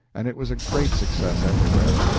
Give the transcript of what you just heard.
and it was a great success everywhere.